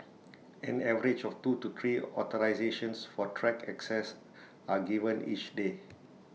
an average of two to three authorisations for track access are given each day